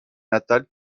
natale